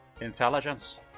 intelligence